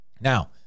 Now